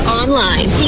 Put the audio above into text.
online